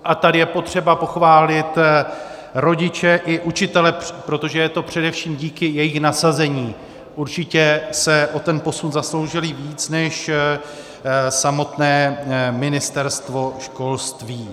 A tady je potřeba pochválit rodiče i učitele, protože je to především díky jejich nasazení, určitě se o ten posun zasloužili víc než samotné Ministerstvo školství.